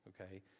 okay